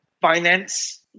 finance